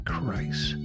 Christ